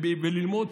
וללמוד,